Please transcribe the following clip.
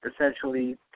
essentially